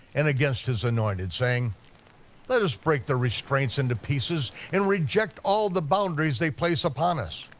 and against his anointed, saying let us break the restraints into pieces and reject all the boundaries they place upon us.